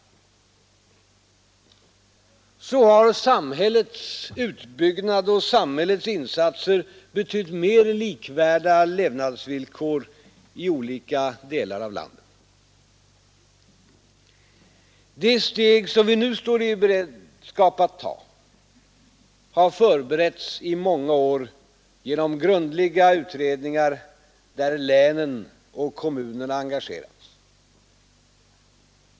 Så har samhällets utbyggnad och samhällets insatser betytt mer likvärdiga levnadsvillkor i olika delar av landet. Det steg som vi nu står i beredskap att ta har förberetts i många år genom grundliga utredningar där länen och kommunerna engagerats.